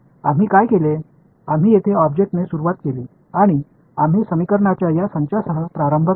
आम्ही काय केले आम्ही येथे ऑब्जेक्ट ने सुरुवात केली आणि आम्ही समीकरणाच्या या संचासह प्रारंभ केला